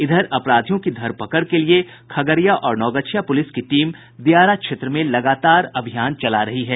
इधर अपराधियों की धरपकड़ के लिए खगड़िया और नवगछिया पुलिस की टीम दियारा क्षेत्र में अभियान चला रही है